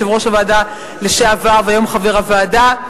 יושב-ראש הוועדה לשעבר והיום חבר הוועדה,